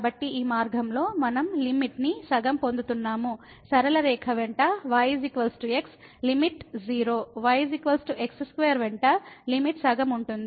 కావున ఈ మార్గంలో మనం లిమిట్ ని సగం పొందుతున్నాము సరళ రేఖ వెంట y x limit 0 y x2 వెంట లిమిట్ సగం ఉంటుంది